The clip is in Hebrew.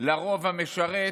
לרוב המשרת,